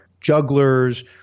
jugglers